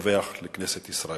ולדווח לכנסת ישראל.